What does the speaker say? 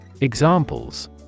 Examples